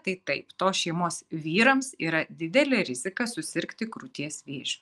tai taip tos šeimos vyrams yra didelė rizika susirgti krūties vėžiu